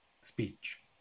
speech